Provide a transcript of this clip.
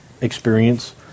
experience